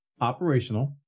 operational